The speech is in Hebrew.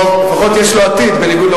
הוא אומנם השר